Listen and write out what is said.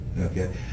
okay